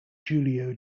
julio